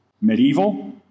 Medieval